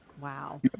Wow